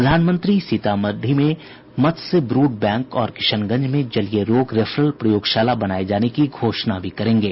प्रधानमंत्री सीतामढी में मत्स्य ब्रूड बैंक और किशनगंज में जलीय रोग रेफरल प्रयोगशाला बनाए जाने की घोषणा भी करेंगे